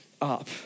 up